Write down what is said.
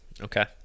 Okay